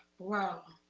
well,